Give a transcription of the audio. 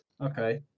Okay